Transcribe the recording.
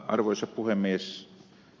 arvoisa puhemies